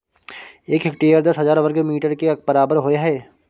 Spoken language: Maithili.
एक हेक्टेयर दस हजार वर्ग मीटर के बराबर होय हय